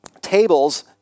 Tables